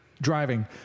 Driving